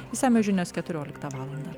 išsamios žinios keturioliktą valandą